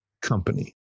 company